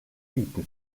beaten